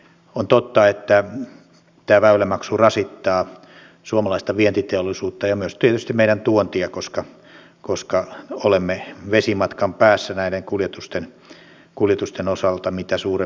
on totta että tämä väylämaksu rasittaa suomalaista vientiteollisuutta ja myös tietysti meidän tuontia koska olemme vesimatkan päässä näiden kuljetusten osalta mitä suurimmissa määrin